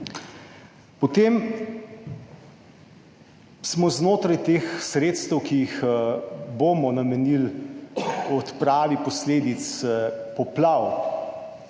Potem smo znotraj teh sredstev, ki jih bomo namenili odpravi posledic poplav,